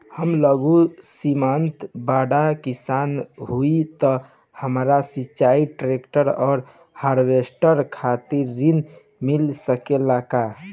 हम लघु सीमांत बड़ किसान हईं त हमरा सिंचाई ट्रेक्टर और हार्वेस्टर खातिर ऋण मिल सकेला का?